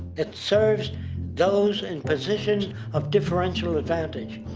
it serves those in positions of differential advantage.